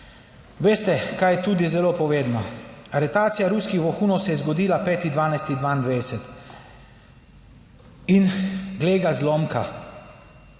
Veste, kaj je tudi zelo povedno, aretacija ruskih vohunov se je zgodila 5. 12. 2022 in glej ga zlomka,